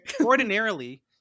ordinarily